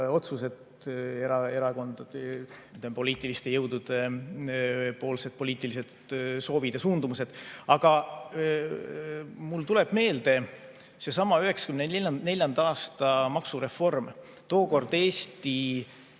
otsused, erakondade ja poliitiliste jõudude poliitilised soovid ja suundumused. Aga mulle tuleb meelde seesama 1994. aasta maksureform. Tookord tegi